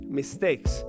mistakes